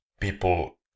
People